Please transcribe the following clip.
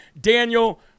Daniel